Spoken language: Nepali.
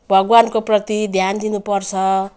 भगवान्को प्रति ध्यान दिनु पर्छ